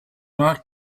not